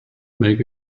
make